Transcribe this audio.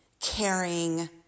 caring